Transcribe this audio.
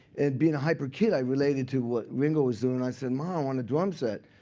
and being a hyper kid, i related to what ringo was doing. i said, mom, i want a drum set.